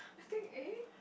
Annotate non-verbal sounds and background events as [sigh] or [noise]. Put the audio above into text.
[laughs] think eh